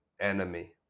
enemy